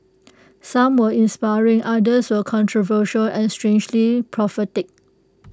some were inspiring others were controversial and strangely prophetic